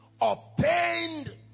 obtained